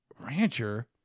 Rancher